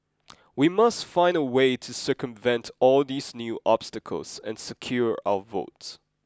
we must find a way to circumvent all these new obstacles and secure our votes